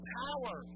power